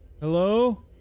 Hello